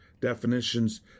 definitions